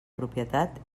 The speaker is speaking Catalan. propietat